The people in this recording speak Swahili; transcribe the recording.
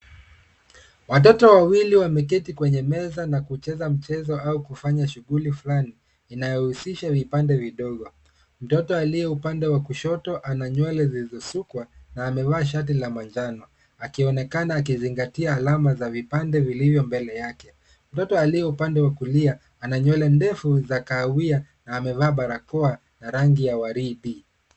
Watoto wawili wameketi kwenye meza na kucheza mchezo au kufanya shuguli flani inayohusisha vipande vidogo. Mtoto aliye upande wa kushoto ana nywele zilizo sukwa na amevaa shati la manjano akionekana akizangatia alama za vipande vilivyo mbele yake. Mtoto aliye upande wa kulia ana nywele ndefu za kahawia na amevaa barakoa ya rangi ya waridi.